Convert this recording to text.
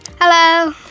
Hello